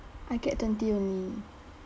I get twenty only